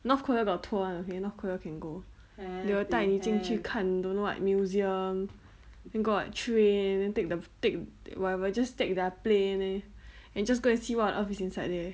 north korea got tour [one] okay north korea can go they will 带你进去看 don't know what museum then got train then take the take the whatever just take their plane and just go and see what on earth is inside there